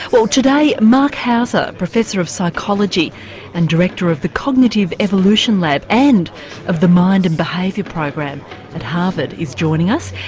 well, today marc hauser, professor of psychology and director of the cognitive evolution lab, and of the mind and behaviour program at harvard is joining us.